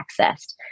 accessed